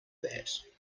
that